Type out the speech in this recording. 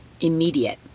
immediate